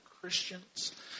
Christians